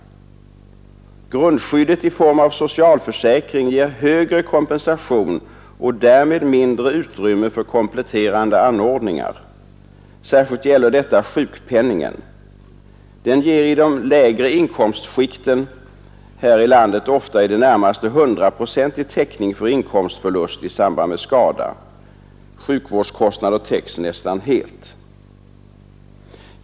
Grundskyddet i form av socialförsäkring ger högre kompensation och därmed mindre utrymme för kompletterande anordningar i Sverige än i England. Särskilt gäller detta sjukpenningen. Den ger i de lägre inkomstskikten här i landet ofta i det närmaste hundraprocentig täckning för inkomstförlust i samband med skada; sjukvårdskostnader täcks nästan helt.